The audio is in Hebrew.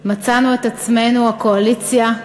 מצאנו את עצמנו, הקואליציה,